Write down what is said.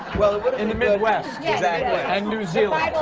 but in the midwest! exactly. and new zealand.